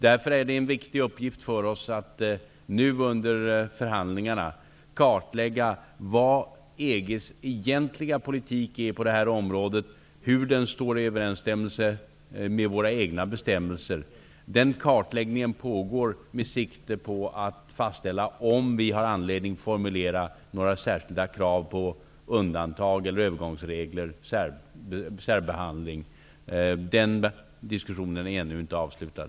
Därför är det en viktig uppgift för oss att nu under förhandlingarna kartlägga vad EG:s egentliga politik är på det här området och hur den står i överensstämmelse med våra egna bestämmelser. Den kartläggningen pågår, med sikte på att fastställa om vi har anledning att formulera några särskilda krav på undantag, övergångsregler eller särbehandling. Den diskussionen är ännu inte avslutad.